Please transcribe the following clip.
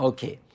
Okay